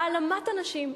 העלמת הנשים.